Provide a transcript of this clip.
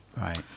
Right